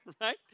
Right